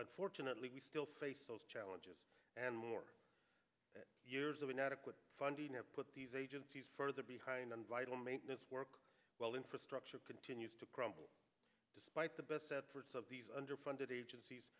but fortunately we still face those challenges and more years of inadequate funding have put these agencies further behind on vital maintenance work while infrastructure continues to crumble despite the bit for some of these underfunded agencies